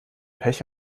pech